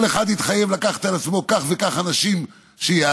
כל אחד התחייב לקחת על עצמו כך וכך אנשים שיעזרו,